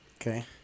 Okay